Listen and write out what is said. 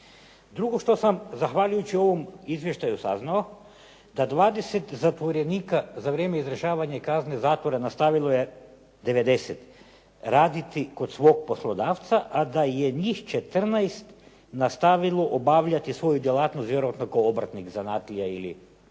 Drugo što sam zahvaljujući ovom izvještaju saznao da 20 zatvorenika za vrijeme izdržavanja kazne zatvora nastavilo je 90 raditi kod svog poslodavca, a da je njih 14 nastavilo obavljati svoju djelatnost vjerojatno kao obrtnik, zanatlija ili